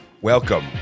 Welcome